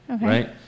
right